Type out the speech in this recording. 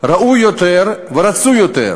ראוי יותר ורצוי יותר,